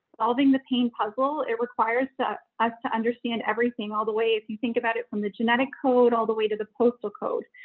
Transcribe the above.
solving the pain puzzle it requires us to understand everything all the way. if you think about it from the genetic code, all the way to the postal code,